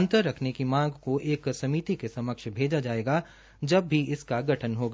अंतर रखने की मांग को एक समिति के सम्क्ष भेजा जायेगा जब भी इसका गठन होगा